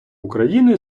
україни